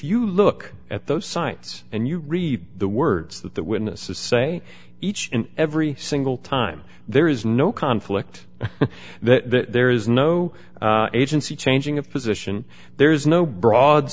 you look at those sites and you read the words that the witnesses say each and every single time there is no conflict that there is no agency changing a position there's no broad